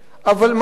אבל, מה לעשות?